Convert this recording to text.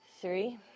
three